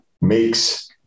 makes